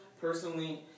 personally